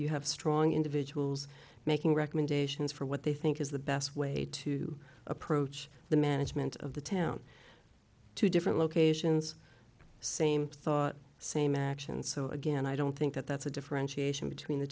you have strong individuals making recommendations for what they think is the best way to approach the management of the town to different locations same thought same actions so again i don't think that that's a differentiation between the